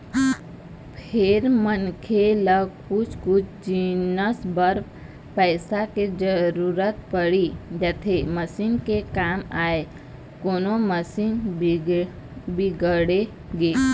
फेर मनखे ल कछु कछु जिनिस बर पइसा के जरुरत पड़ी जाथे मसीन के काम आय कोनो मशीन बिगड़गे